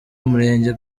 umurenge